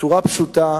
בצורה פשוטה: